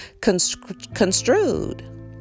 construed